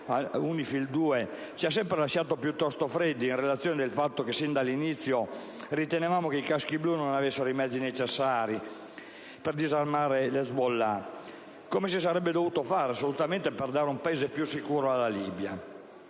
UNIFIL II ci ha sempre lasciato piuttosto freddi, in ragione del fatto che sin dall'inizio ritenevamo che i caschi blu non avessero i mezzi necessari a disarmare Hezbollah, come si sarebbe dovuto fare assolutamente per rendere più sicuro il Libano.